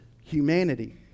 humanity